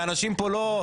ואנשים פה לא,